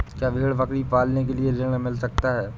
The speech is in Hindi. क्या भेड़ बकरी पालने के लिए ऋण मिल सकता है?